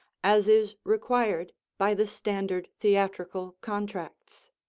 as is required by the standard theatrical contracts.